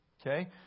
okay